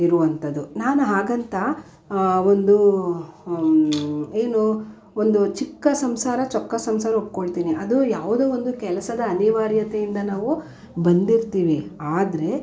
ಇರುವಂಥದ್ದು ನಾನು ಹಾಗಂತ ಒಂದು ಏನು ಒಂದು ಚಿಕ್ಕ ಸಂಸಾರ ಚೊಕ್ಕ ಸಂಸಾರ ಒಪ್ಕೋಳ್ತಿನಿ ಅದು ಯಾವುದೋ ಒಂದು ಕೆಲಸದ ಅನಿವಾರ್ಯತೆಯಿಂದ ನಾವು ಬಂದಿರ್ತೀವಿ ಆದರೆ